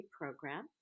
Program